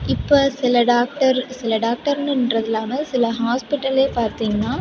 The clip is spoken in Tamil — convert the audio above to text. இப்போ சில டாக்டர் சில டாக்டருன்றதில்லாம சில ஹாஸ்பிட்டல்ல பார்த்திங்கனா